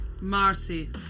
Marcy